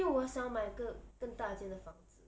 因为我想买个更大间的房子